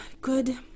good